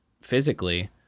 physically